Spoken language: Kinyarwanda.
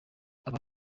aba